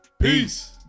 peace